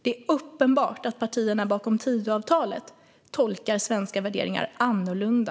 Det är uppenbart att partierna bakom Tidöavtalet tolkar svenska värderingar annorlunda.